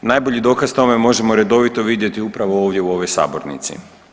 Najbolji dokaz tome možemo redovito vidjeti upravo ovdje u ovoj sabornici.